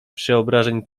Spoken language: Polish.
przeobrażeń